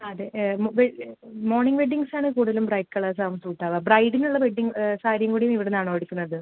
അതെ മൊ morning weddings ആണ് കൂടുതലും ബ്രൈറ്റ് കളേഴ്സ് ആവും സ്യൂട്ട് ആവുക ബ്രൈഡിനുള്ള വെഡ്ഡിംഗ് സാരിയും കൂടിയും ഇവിടുന്നാണോ എടുക്കുന്നത്